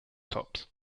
tops